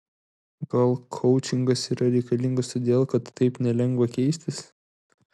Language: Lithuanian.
gal koučingas yra reikalingas todėl kad taip nelengva keistis